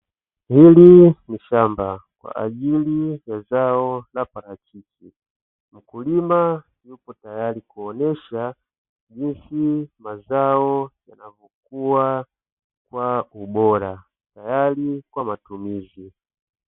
Hili ni shamba kwa ajili ya zao la parachichi mkulima yupo tayari kuonyesha jinsi mazao yanavyokua kwa ubora tayari kwa matumizi.